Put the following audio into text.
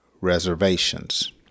reservations